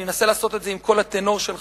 אני אנסה לעשות את זה עם קול הטנור שלך,